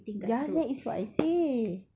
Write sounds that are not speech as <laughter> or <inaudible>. ya that is what I say <noise>